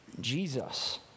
Jesus